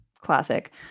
Classic